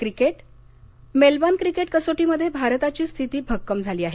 cricket Melbourne cricket कसोटीमध्ये भारताची स्थिती भक्कम झाली आहे